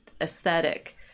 aesthetic